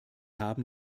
haben